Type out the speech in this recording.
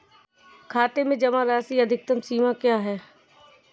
खाते में जमा राशि की अधिकतम सीमा क्या है?